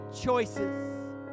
choices